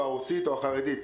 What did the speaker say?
הרוסית או החרדית,